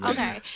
Okay